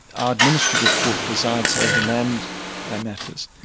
our administrative court presides over land ah matters,